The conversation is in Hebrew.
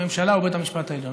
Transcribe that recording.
הממשלה ובית המשפט העליון.